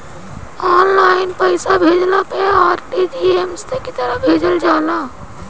online पईसा भेजला पअ आर.टी.जी.एस तरह से भेजल जाला